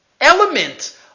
element